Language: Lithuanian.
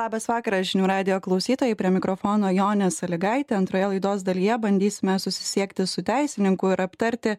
labas vakaras žinių radijo klausytojai prie mikrofono jonė salygaitė antroje laidos dalyje bandysime susisiekti su teisininku ir aptarti